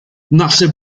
nasze